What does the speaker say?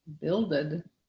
builded